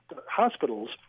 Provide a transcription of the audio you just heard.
hospitals